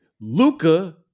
Luca